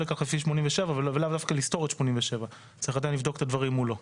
לכך לפי 87 ולאו דווקא לסתור את 87. צריך לבדוק את הדברים מולו.